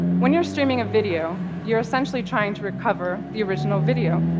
when you're streaming a video, you're essentially trying to recover the original video,